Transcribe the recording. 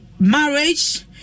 marriage